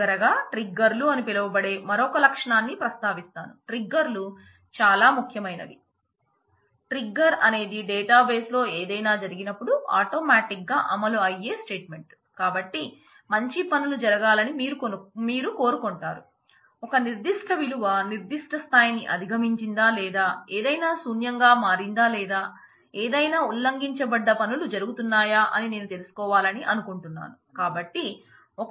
చివరగా ట్రిగ్గర్లు అని పిలువబడే మరొక లక్షణాన్ని ప్రస్తావిస్తాను ట్రిగ్గర్లుచాలా ముఖ్యమైనవి